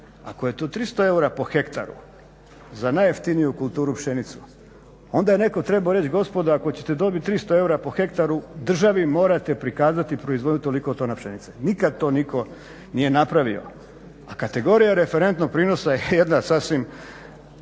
ako je to 300 eura po hektaru, za najjeftiniju kulturu, pšenicu, onda je netko trebao reći, gospodo ako ćete dobiti 300 eura po hektaru državi morat prikazati proizvodnju toliko tona pšenice. Nikada to nitko nije napravio. A kategorija referentnog prinosa je jedna sasvim